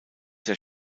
der